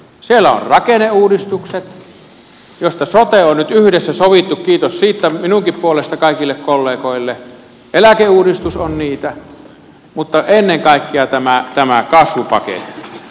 siellä on rakenneuudistukset joista sote on nyt yhdessä sovittu kiitos siitä minunkin puolestani kaikille kollegoille eläkeuudistus on niitä mutta ennen kaikkea tämä kasvupaketti